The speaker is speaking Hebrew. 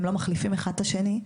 הם לא מחליפים אחד את השני,